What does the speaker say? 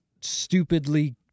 Stupidly